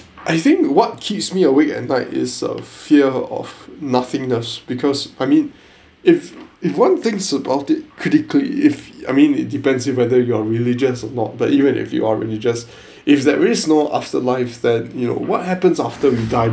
I think what keeps me awake at night is a fear of nothingness because I mean if if one thinks about it critically if I mean it depends whether you are religious or not but even if you are religious if there is no afterlife than you know what happens after we die